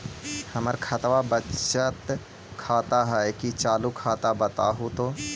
हमर खतबा बचत खाता हइ कि चालु खाता, बताहु तो?